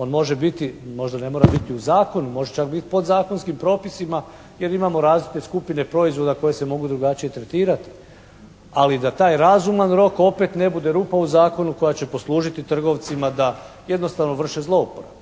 On može biti, možda ne mora biti u zakonu, može čak biti podzakonskim propisima jer imamo različite skupine proizvoda koje se mogu drugačije tretirati. Ali da taj razumni rok opet ne bude rupa u zakonu koja će poslužiti trgovcima da jednostavno vrše zlouporabu.